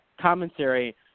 commentary